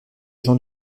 gens